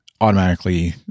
automatically